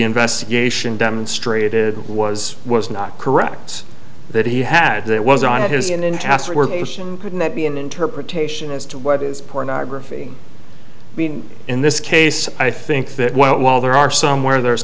investigation demonstrated was was not correct that he had that was on his and in task couldn't that be an interpretation as to what is pornography i mean in this case i think that while there are some where there's